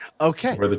Okay